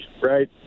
right